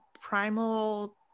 primal